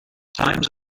times